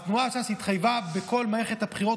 אז תנועת ש"ס התחייבה בכל מערכת הבחירות